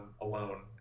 alone